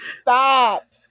Stop